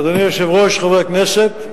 אדוני היושב-ראש, חברי הכנסת,